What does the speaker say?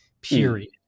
period